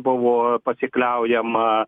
buvo pasikliaujama